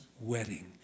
wedding